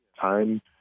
time